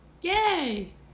Yay